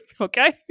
okay